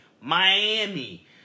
Miami